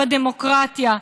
בדמוקרטיה.